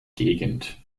gegend